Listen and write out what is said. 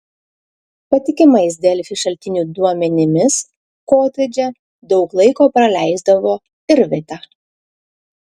patikimais delfi šaltinių duomenimis kotedže daug laiko praleisdavo ir vita